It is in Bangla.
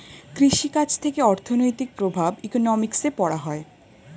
কৃষি কাজ থেকে অর্থনৈতিক প্রভাব ইকোনমিক্সে পড়া হয়